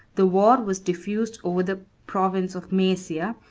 the war was diffused over the province of maesia,